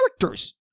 characters